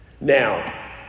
now